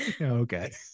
Okay